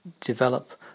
develop